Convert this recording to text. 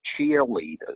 cheerleaders